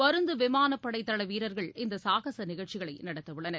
பருந்துவிமானப்படைதளவீரர்கள் இந்தசாகசநிகழ்ச்சிகளைநடத்தஉள்ளனர்